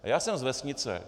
Já jsem z vesnice.